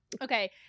Okay